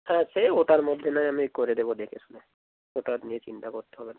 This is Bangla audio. হ্যাঁ সে ওটার মধ্যে নয় আমি করে দেবো দেখে শুনে ওটার নিয়ে চিন্তা করতে হবে না